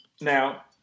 Now –